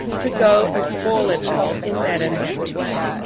to go and spoil it all in that unhappy way.